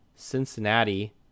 Cincinnati